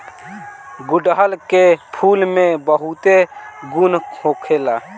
गुड़हल के फूल में बहुते गुण होखेला